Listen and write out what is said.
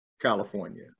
California